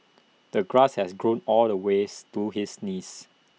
the grass had grown all the ways to his knees